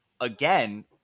again